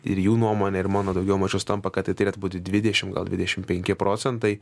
ir jų nuomonė ir mano daugiau mažiau sutampa kad tai turėtų būti dvidešimt gal dvidešimt penki procentai